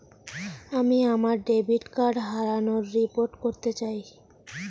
আমি আমার debit card হারানোর রিপোর্ট করতে চাই